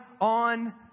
on